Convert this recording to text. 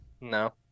No